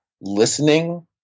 listening